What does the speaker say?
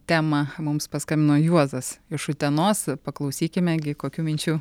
temą mums paskambino juozas iš utenos paklausykime gi kokių minčių